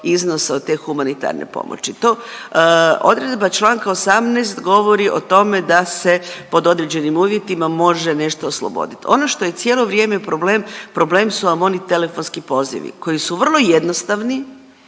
iznosa od te humanitarne pomoći. To, odredba Članka 18. govori o tome da se pod određenim uvjetima može nešto osloboditi. Ono što je cijelo vrijeme problem, problem su vam oni telefonski pozivi koji su vrlo jednostavni,